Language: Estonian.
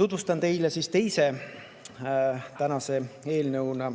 tutvustan nüüd teile teise tänase eelnõuna